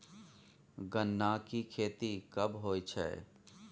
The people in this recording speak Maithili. गन्ना की खेती कब होय छै?